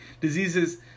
diseases